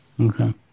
Okay